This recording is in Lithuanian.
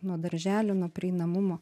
nuo darželių nuo prieinamumo